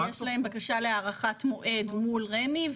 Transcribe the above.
ויש להם בקשה להארכת מועד מול רמ"י,